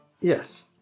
Yes